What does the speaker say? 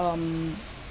um